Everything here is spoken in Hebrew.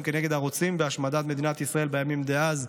כנגד הרוצים בהשמדת מדינת ישראל בימים דאז.